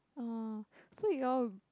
oh so you all